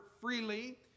freely